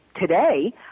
today